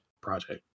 project